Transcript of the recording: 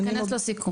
ייכנס לסיכום.